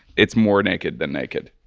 it's more naked than naked.